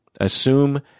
Assume